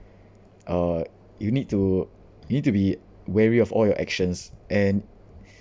uh you need to need to be wary of all your actions and